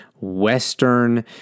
Western